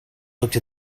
looked